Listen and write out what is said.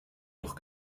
doch